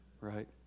right